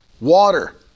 water